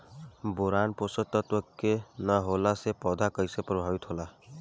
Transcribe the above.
Boron पोषक तत्व के न होला से पौधा कईसे प्रभावित होला?